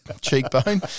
cheekbone